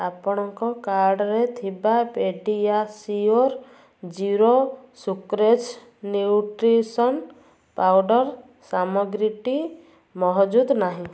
ଆପଣଙ୍କ କାର୍ଡ଼ରେ ଥିବା ପେଡ଼ିଆସିଓର ଜିରୋ ସୁକ୍ରୋଜ୍ ନ୍ୟୁଟ୍ରିସନ୍ ପାଉଡ଼ର୍ ସାମଗ୍ରୀଟି ମହଜୁଦ ନାହିଁ